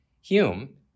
Hume